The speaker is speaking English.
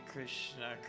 Krishna